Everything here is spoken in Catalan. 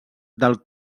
del